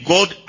God